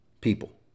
people